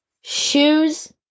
Shoes